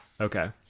Okay